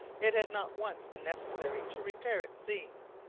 it had not once been necessary to repair its seams,